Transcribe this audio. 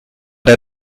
der